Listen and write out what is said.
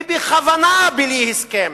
ובכוונה בלי הסכם,